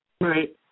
Right